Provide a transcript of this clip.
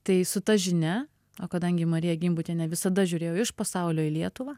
tai su ta žinia o kadangi marija gimbutienė visada žiūrėjo iš pasaulio į lietuvą